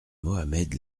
mohamed